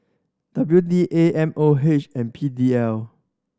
W D A M O H and P D L